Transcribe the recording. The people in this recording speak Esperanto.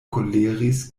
koleris